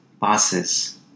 passes